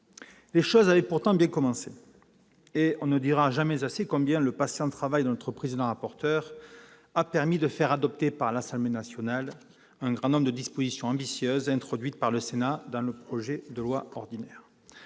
Les choses avaient pourtant bien commencé, et l'on ne dira jamais assez combien le patient travail de notre président-rapporteur a permis de faire adopter par l'Assemblée nationale un grand nombre de dispositions ambitieuses introduites par le Sénat dans le projet de loi ordinaire.